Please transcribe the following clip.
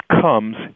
comes